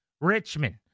Richmond